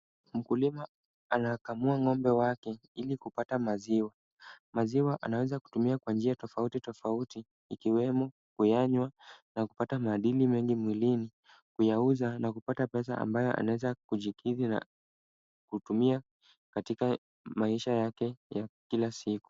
Mkulima anakamua ng'ombe wake ili kupata maziwa. Maziwa anaweza kutumia kwa njia tofauti tofauti, ikiwemo kuyanywa na kupata madini mingi mwilini, kuyauza na kupata pesa ambayo anaweza kujikidhi na kutumia katika maisha yake ya kila siku.